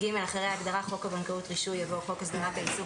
אחרי ההגדרה "חוק הבנקאות (רישוי)" יבוא: ""חוק הסדרת העיסוק